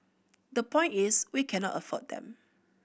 the point is we cannot afford them